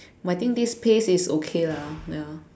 I think this pace is okay lah ya